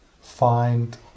find